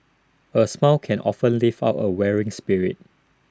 A smile can often lift up A weary spirit